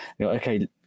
okay